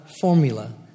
formula